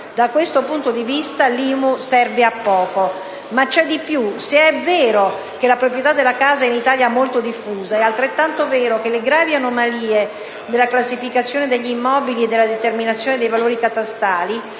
Da questo punto di vista l'IMU serve a poco. Ma c'è di più: se è vero che la proprietà della casa è in Italia molto diffusa, è altrettanto vero che le gravi anomalie della classificazione degli immobili e della determinazione dei valori catastali